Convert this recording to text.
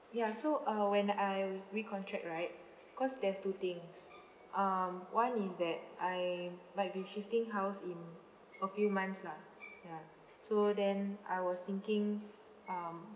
ya so uh when I recontract right cause there's two things um one is that I might be shifting house in a few months lah ya so then I was thinking um